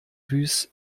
vus